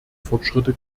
fortschritte